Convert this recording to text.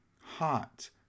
hot